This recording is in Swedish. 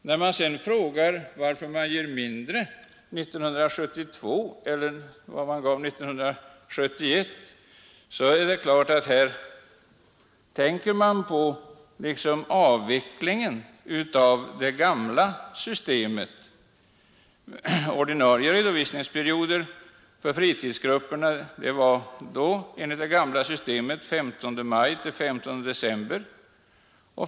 När man sedan frågar varför man ger mindre för 1972 än man gav 1971 så är svaret att det hänger ihop med avvecklingen av det gamla systemet. Ordinarie redovisningsperiod för fritidsgrupperna var enligt det gamla systemet den 15 maj till den 15 december.